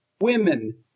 women